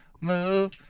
move